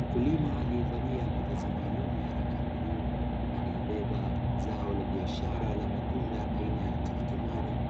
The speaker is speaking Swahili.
Mkulima aliyevalia mavazi maalumu ya rangi ya bluu, aliyebeba zao la biashara la matunda aina ya tikitimaji,